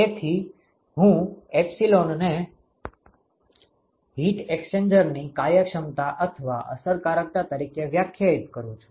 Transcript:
તેથી હું એપ્સીલોનને હીટ એક્સ્ચેન્જરની કાર્યક્ષમતા અથવા અસરકારકતા તરીકે વ્યાખ્યાયિત કરું છું